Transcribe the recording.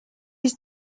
his